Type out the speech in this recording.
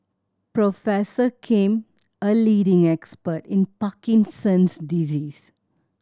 Professor Kim a leading expert in Parkinson's disease